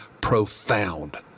profound